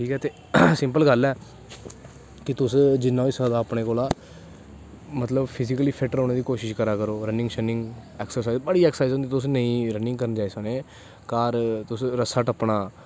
ठीक ऐ ते सिंपल गल्ल ऐ ते तुस जिन्ना होई सकदा अपने कोला मतलव फिजीकली फिट्ट रौह्नें दी कोशिश करा करो रनिंग शनिंग ऐक्स्रसाईज़ बड़ी ऐक्स्रसाईज़ होंदी तुस रनिंग करन जाई सकने घर तुस रस्सा टप्पना